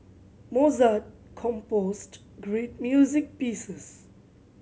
Mozart composed great music pieces